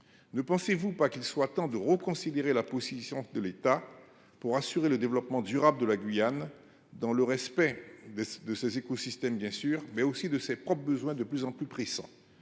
Ne pensez vous pas qu’il est temps de reconsidérer la position de l’État pour assurer le développement durable de la Guyane, dans le respect de ses écosystèmes, cela va sans dire, mais aussi de ses propres besoins de plus en plus pressants ?